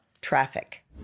traffic